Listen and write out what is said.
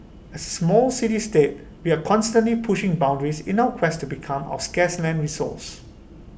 small city state we are constantly pushing boundaries in our quest to become our scarce land resource